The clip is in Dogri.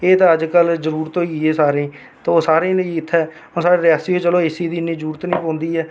एह् ते अजकल जरूरत होई गेदी ऐ सारें दी ते ओह् सारें ई भी इत्थै हून साढ़े रियासी चलो एसी दी इन्नी जरूरत निं पौंदी ऐ